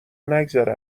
نگذره